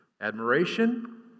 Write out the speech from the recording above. admiration